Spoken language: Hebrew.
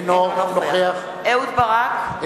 אינו נוכח אהוד ברק,